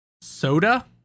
soda